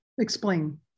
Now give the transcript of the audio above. Explain